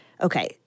okay